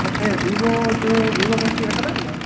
मूंखे विवो जो Vivo company रखंदा आहियो न तव्हां